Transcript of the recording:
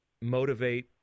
motivate